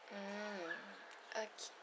mm okay